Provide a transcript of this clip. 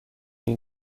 این